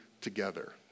together